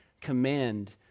command